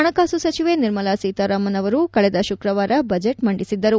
ಹಣಕಾಸು ಸಚಿವೆ ನಿರ್ಮಲಾ ಸೀತಾರಾಮನ್ ಅವರು ಕಳೆದ ಶುಕ್ರವಾರ ಬಜೆಟ್ ಮಂದಿಸಿದ್ದರು